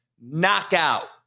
Knockout